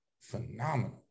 phenomenal